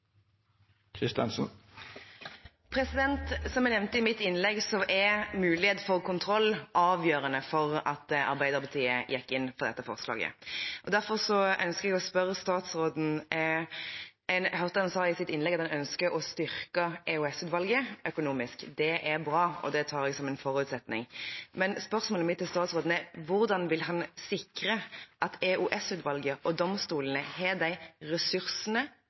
Som jeg nevnte i mitt innlegg, var muligheten for kontroll avgjørende for at Arbeiderpartiet gikk inn for dette forslaget. Jeg hørte at statsråden sa i sitt innlegg at han ønsker å styrke EOS-utvalget økonomisk. Det er bra, og det tar jeg som en forutsetning. Men spørsmålet mitt til statsråden er: Hvordan vil han sikre at EOS-utvalget og domstolene har de ressursene,